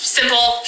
simple